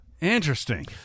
interesting